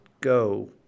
go